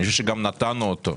אני חושב שגם נתנו אותו.